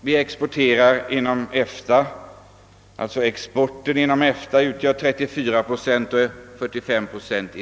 vår export av massa går 34 procent till EFTA av vår produktion och till EEC 45 procent.